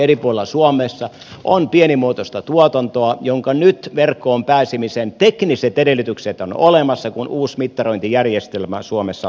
eri puolella suomessa on pienimuotoista tuotantoa jonka verkkoon pääsemisen tekniset edellytykset ovat nyt olemassa kun uusi mittarointijärjestelmä suomessa alkaa olla valmis